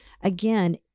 again